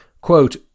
Quote